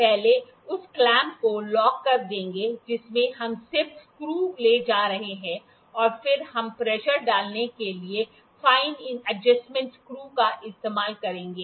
पहले उस क्लैंप को लॉक कर देंगे जिसमें हम सिर्फ स्क्रू ले जा रहे हैं फिर हम प्रेशर डालने के लिए फाइन एडजस्टमेंट स्क्रू का इस्तेमाल करेंगे